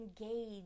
engage